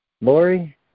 Laurie